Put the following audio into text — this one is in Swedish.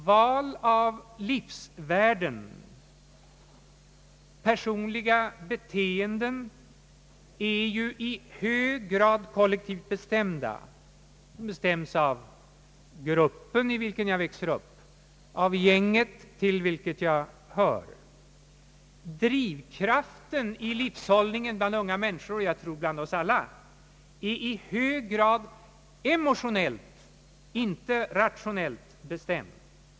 Val av livsvärden och personliga beteenden är i hög grad kollektivt bestämda de bestäms av gruppen i vilken jag växer upp och av gänget till vilket jag hör. Drivkraften i livshållningen bland unga människor — jag tror bland oss alla — är i hög grad emotionellt, inte rationellt bestämd.